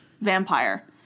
Vampire